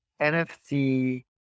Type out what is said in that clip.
NFT